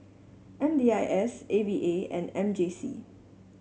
M D I S A V A and M J C